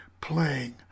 playing